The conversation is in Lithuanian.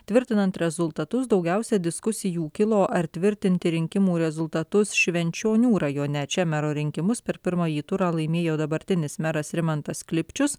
tvirtinant rezultatus daugiausiai diskusijų kilo ar tvirtinti rinkimų rezultatus švenčionių rajone čia mero rinkimus per pirmąjį turą laimėjo dabartinis meras rimantas klipčius